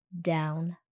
down